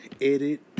edit